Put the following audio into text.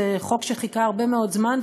זה חוק שחיכה הרבה מאוד זמן,